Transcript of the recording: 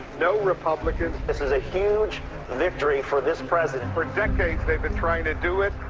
no republicans. this is a huge victory for this president for decades, they've been trying to do it.